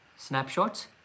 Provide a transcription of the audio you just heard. snapshots